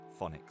phonics